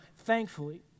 Thankfully